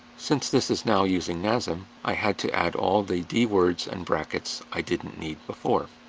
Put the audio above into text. since this is now using nasm, i had to add all the dwords and brackets i didn't need before.